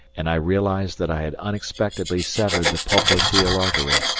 and i realized that i had unexpectedly severed the popliteal artery,